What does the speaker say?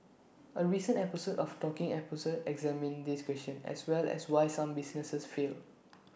A recent episode of talking episode examined this question as well as why some businesses fail